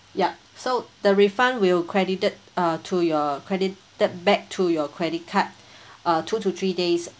ya so the refund will credited uh to your credited back to your credit card err two to three days